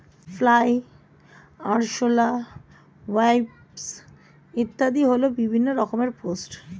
fly, আরশোলা, wasp ইত্যাদি হল বিভিন্ন রকমের পেস্ট